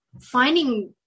finding